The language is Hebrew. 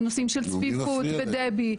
בנושאים של צפיפות ודב"י,